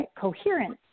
coherence